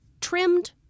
Trimmed